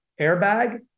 airbag